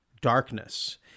darkness